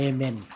Amen